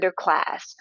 underclass